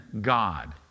God